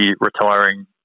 retiring